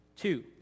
Two